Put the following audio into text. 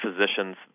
physicians